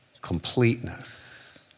Completeness